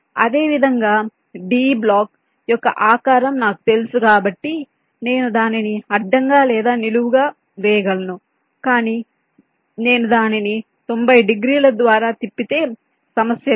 అదేవిధంగా D block యొక్క ఆకారం నాకు తెలుసు కాబట్టి నేను దానిని అడ్డంగా లేదా నిలువుగా వేయగలను కాని నేను దానిని 90 డిగ్రీల ద్వారా తిప్పితే సమస్య లేదు